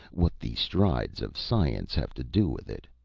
what the strides of science have to do with it.